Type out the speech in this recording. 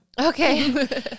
okay